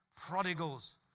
prodigals